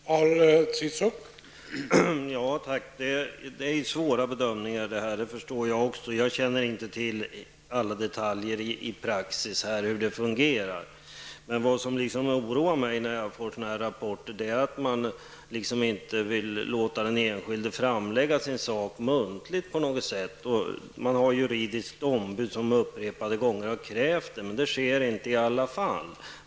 Herr talman! Också jag förstår att det handlar om svåra bedömningar i det här sammanhanget. Men jag känner inte till hur det i detalj fungerar när det gäller praxis. Det som oroar mig när jag tar del av rapporter av det här slaget är att man inte tycks vilja låta den enskilde framlägga sin sak muntligt, trots att ett juridiskt ombud upprepade gånger har krävt att detta skall vara möjligt. Ändå får man alltså inte framlägga sin sak.